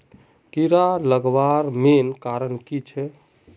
कीड़ा लगवार मेन कारण की छे?